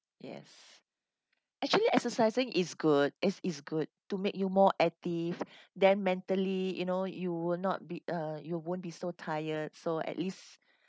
yes actually exercising is good it is good to make you more active then mentally you know you will not be uh you won't be so tired so at least